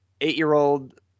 eight-year-old